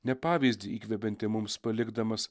ne pavyzdį įkvepiantį mums palikdamas